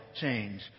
change